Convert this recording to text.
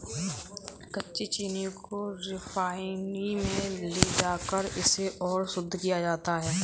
कच्ची चीनी को रिफाइनरी में ले जाकर इसे और शुद्ध किया जाता है